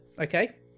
Okay